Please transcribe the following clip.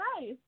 nice